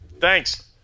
Thanks